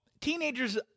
teenagers